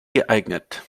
geeignet